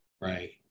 right